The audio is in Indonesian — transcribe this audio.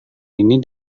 ini